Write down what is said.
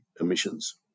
emissions